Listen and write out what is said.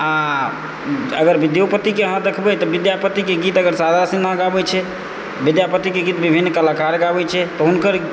आ अगर विद्योपतिके अहाँ देखबै तऽ विद्यापतिके गीत अगर शारदा सिन्हा गाबैत छै विद्यापतिके गीत विभिन्न कलाकार गाबैत छै तऽ हुनकर